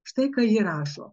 štai ką ji rašo